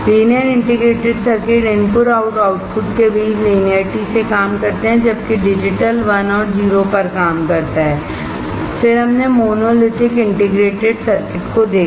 linear integrated circuit input और output के बीच लीनियरटी से काम करते हैं जबकि डिजिटल 1 और 0 पर काम करता है फिर हमने मोनोलिथिक इंटीग्रेटेड सर्किट को देखा